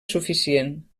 suficient